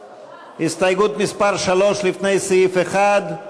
הסתייגויות מס' 3 לפני סעיף 1,